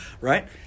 right